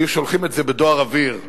היו שולחים את זה בדואר אוויר לגרמניה,